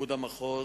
פיקוד המחוז.